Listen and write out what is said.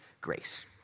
grace